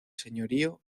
señorío